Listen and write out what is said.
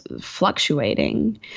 fluctuating